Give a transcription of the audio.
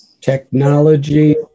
technology